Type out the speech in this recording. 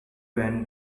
van